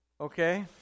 Okay